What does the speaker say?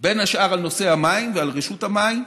בין השאר על נושא המים ועל רשות המים,